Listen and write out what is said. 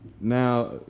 Now